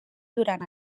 durant